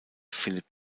phillip